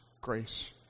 grace